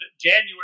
January